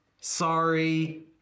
Sorry